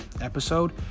episode